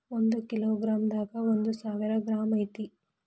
ಒಂದ kilo gram ದಾಗ ಒಂದ ಸಾವಿರ ಗ್ರಾಂ ಐತಿ